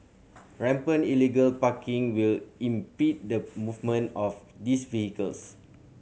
rampant illegal parking will impede the movement of these vehicles